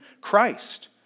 Christ